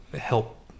help